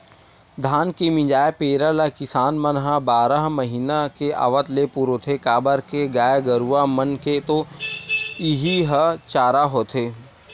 धान के मिंजाय पेरा ल किसान मन ह बारह महिना के आवत ले पुरोथे काबर के गाय गरूवा मन के तो इहीं ह चारा होथे